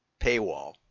paywall